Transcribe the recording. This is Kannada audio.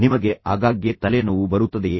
ನಿಮಗೆ ಆಗಾಗ್ಗೆ ತಲೆನೋವು ಬರುತ್ತದೆಯೇ